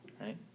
right